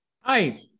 Hi